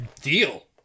Deal